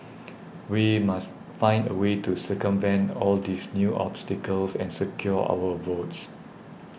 we must find a way to circumvent all these new obstacles and secure our votes